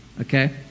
Okay